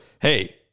hey